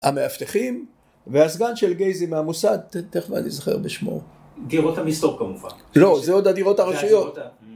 ‫המאבטחים, והסגן של גייזי מהמוסד, ‫תכף ואני זוכר בשמו. ‫דירות המסתור, כמובן. ‫-לא, זה עוד הדירות הרשויות.